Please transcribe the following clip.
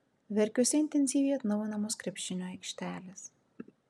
verkiuose intensyviai atnaujinamos krepšinio aikštelės